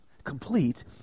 complete